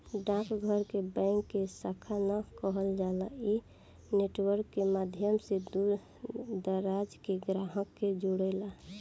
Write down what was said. डाक घर के बैंक के शाखा ना कहल जाला इ नेटवर्क के माध्यम से दूर दराज के ग्राहक के जोड़ेला